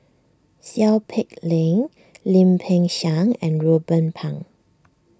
Seow Peck Leng Lim Peng Siang and Ruben Pang